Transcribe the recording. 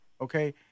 Okay